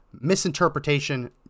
misinterpretation